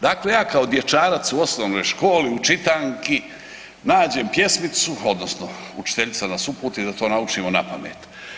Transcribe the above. Dakle, ja kao dječarac u osnovnoj školi u čitanki nađem pjesmicu odnosno učiteljica nas uputi da to naučimo napamet.